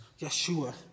Yeshua